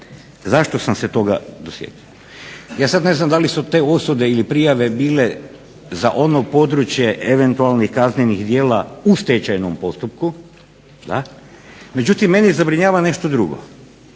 Zašto sam se toga sjetio? Ja sada ne znam da li su te osude ili prijave bile za ono područje eventualnih kaznenih djela u stečajnom postupku, međutim mene zabrinjava nešto drugo.